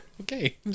Okay